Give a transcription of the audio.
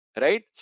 right